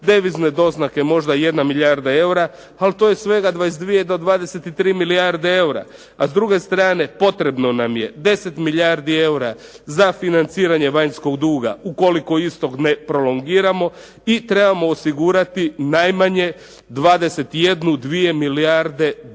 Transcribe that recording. Devizne doznake možda 1 milijarda eura, ali to je svega 22 do 23 milijarde eura. A s druge strane potrebno nam je 10 milijardi eura za financiranje vanjskog duga ukoliko istog ne prolongiramo i trebamo osigurati najmanje 21, 22 milijarde dolara